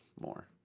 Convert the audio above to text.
more